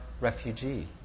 refugee